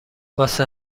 واسه